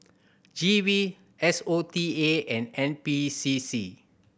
G V S O T A and N P C C